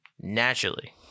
naturally